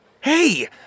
Hey